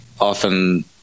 often